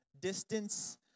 Distance